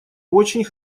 очень